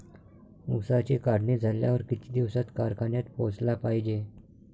ऊसाची काढणी झाल्यावर किती दिवसात कारखान्यात पोहोचला पायजे?